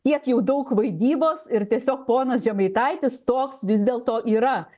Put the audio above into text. tiek jau daug vaidybos ir tiesiog ponas žemaitaitis toks vis dėlto yra